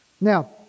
Now